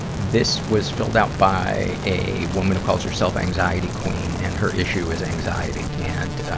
this was filled out by a woman who calls herself anxiety queen, and her issue is anxiety. and, ah,